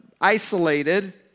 isolated